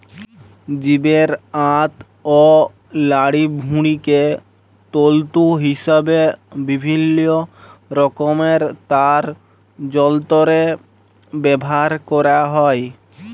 জীবের আঁত অ লাড়িভুঁড়িকে তল্তু হিসাবে বিভিল্ল্য রকমের তার যল্তরে ব্যাভার ক্যরা হ্যয়